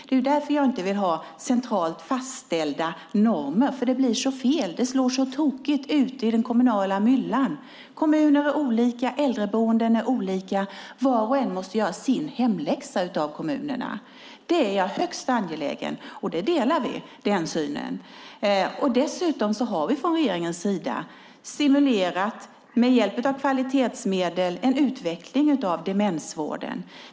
Det är därför jag inte vill ha centralt fastställda normer, för det blir så fel. Det slår tokigt ute i den kommunala myllan. Kommuner har olika äldreboenden och är olika. Var och en av kommunerna måste göra sin hemläxa. Det är jag högst angelägen om, och den synen delar vi. Dessutom har vi från regeringens sida med hjälp av kvalitetsmedel stimulerat en utveckling av demensvården.